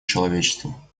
человечеству